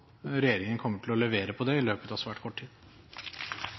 regjeringen kommer til å levere på det i løpet av svært kort tid.